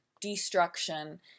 destruction